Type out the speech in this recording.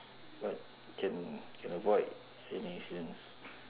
what can can avoid any accidents